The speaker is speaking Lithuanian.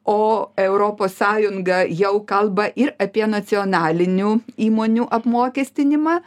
o europos sąjunga jau kalba ir apie nacionalinių įmonių apmokestinimą